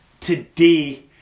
today